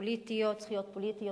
זכויות פוליטיות,